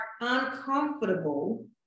uncomfortable